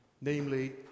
namely